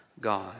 God